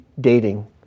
dating